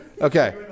Okay